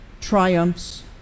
triumphs